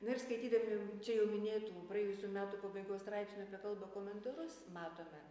na ir skaitydami čia jau minėtų praėjusių metų pabaigos straipsnio apie kalbą komentarus matome